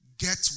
Get